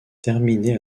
terminé